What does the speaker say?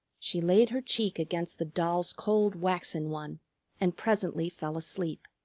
she laid her cheek against the doll's cold waxen one and presently fell asleep.